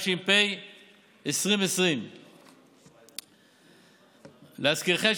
התשפ"א 2020. להזכירכם,